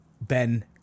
Ben